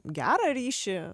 gerą ryšį